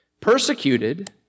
persecuted